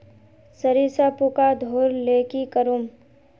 सरिसा पूका धोर ले की करूम?